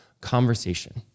conversation